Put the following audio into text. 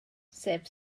sef